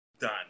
done